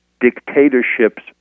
dictatorships